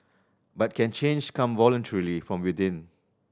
but can change come voluntarily from within